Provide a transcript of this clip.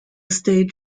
stage